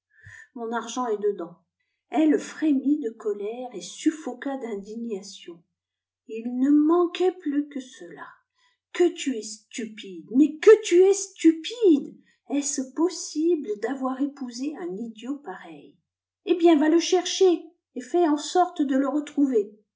mon argent est dedans elle frémit de colère et suffoqua d'indignation h ne manquait plus que cela que tu es stupide mais que tu es stupide est-ce possible d'avoir épousé un idiot pareil eh bien va le chercher et fais en sorte de le retrouver